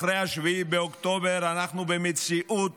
אחרי 7 באוקטובר אנחנו במציאות